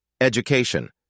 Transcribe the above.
Education